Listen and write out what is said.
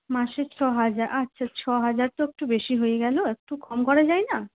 মাসিক ছ হাজার আচ্ছা ছ হাজার তো একটু বেশি হয়ে গেল একটু কম করা যায় না